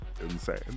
insane